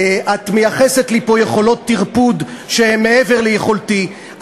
את מייחסת לי פה יכולות טרפוד שהן מעבר ליכולתי.